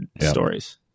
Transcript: stories